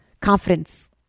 confidence